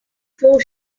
floor